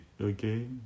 okay